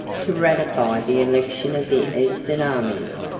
to ratify the election of the eastern armies,